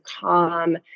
calm